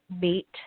meet